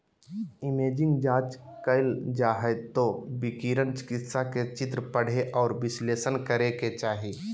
imaging जांच कइल जा हइ त विकिरण चिकित्सक के चित्र पढ़े औरो विश्लेषण करे के चाही